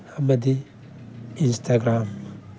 ꯑꯃꯗꯤ ꯏꯟꯁꯇꯒ꯭ꯔꯥꯝ